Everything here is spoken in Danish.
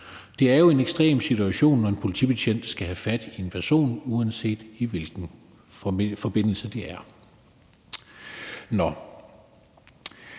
Det er jo en ekstrem situation, når en politibetjent skal have fat i en person, uanset i hvilken forbindelse det er. Men